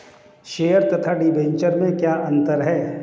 Share तथा debenture में क्या अंतर है?